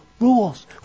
rules